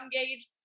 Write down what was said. engaged